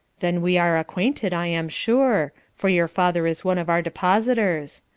then we are acquainted, i am sure, for your father is one of our depositors.